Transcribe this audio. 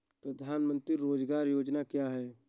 प्रधानमंत्री रोज़गार योजना क्या है?